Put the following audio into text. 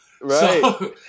Right